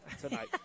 tonight